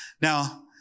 Now